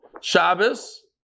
Shabbos